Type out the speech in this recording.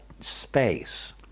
space